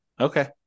Okay